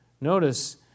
Notice